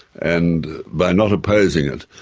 and by not opposing it,